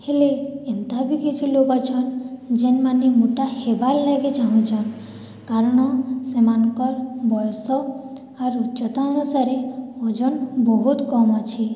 ହେଲେ ଏନ୍ତାବି କିଛି ଲୋକ୍ ଅଛନ୍ ଯେଉଁମାନେ ମୋଟା ହେବାର୍ଲାଗି ଚାଉଛନ୍ କାରଣ ସେମାନଙ୍କର୍ ବୟସ୍ ଆଉ ଉଚ୍ଚତା ଅନୁସାରେ ଓଜନ୍ ବହୁତ୍ କମ୍ ଅଛେ